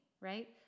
right